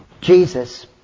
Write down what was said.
Jesus